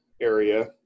area